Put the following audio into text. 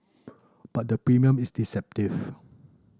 but the premium is deceptive